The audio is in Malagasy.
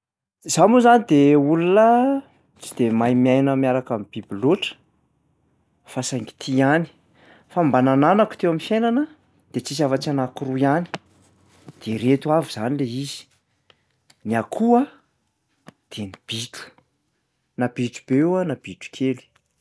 Izaho moa zany de olona tsy de mahay miaina miaraka am'biby loatra fa saingy tia ihany, fa mba nananako teo am'fiainana de tsisy afa-tsy anankiroa ihany, de ireto avy izany lay izy: ny akoho a de ny bitro, na bitro be io a na bitro kely.